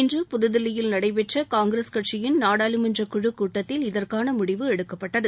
இன்று புதுதில்லியில் நடைபெற்ற காங்கிரஸ் கட்சியின் நாடாளுமன்ற குழுக் கூட்டத்தில் இதற்கான முடிவு எடுக்கப்பட்டது